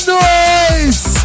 noise